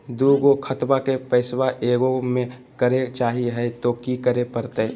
दू गो खतवा के पैसवा ए गो मे करे चाही हय तो कि करे परते?